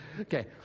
Okay